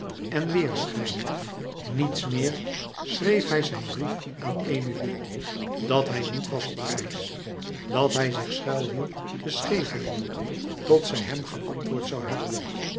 en weêrschijn niets meer schreef hij zijn brief aan emilie dat hij niet was op reis dat hij zich schuil hield te scheveningen tot zij hem geantwoord zoû hebben